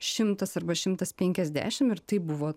šimtas arba šimtas penkiasdešim ir tai buvo